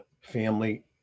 family